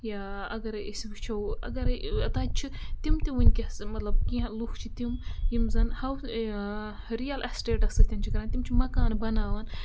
یا اَگَرَے أسۍ وٕچھو اَگَرَے تَتہِ چھُ تِم تہِ وٕنۍکٮ۪س مطلب کیٚنٛہہ لُکھ چھِ تِم یِم زَن ہاو رِیَل ایسٹیٹَس سۭتۍ چھِ کَران تِم چھِ مَکان بَناوان